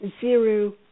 zero